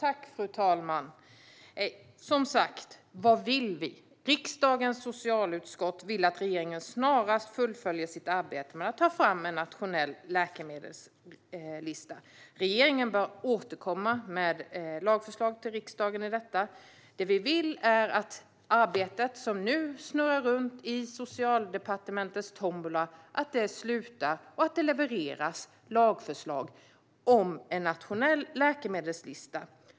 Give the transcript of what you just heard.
Fru talman! Vad vill vi? undrades det om. Riksdagens socialutskott vill att regeringen snarast fullföljer sitt arbete med att ta fram en nationell läkemedelslista. Regeringen bör återkomma till riksdagen med lagförslag om detta. Vi vill att det arbete som nu snurrar runt i Socialdepartementets tombola avslutas och att man levererar lagförslag om en nationell läkemedelslista.